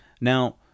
Now